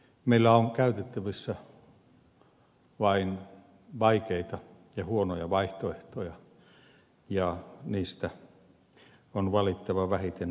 meillä on käytettävissä vain vaikeita ja huonoja vaihtoehtoja ja niistä on valittava vähiten huonoin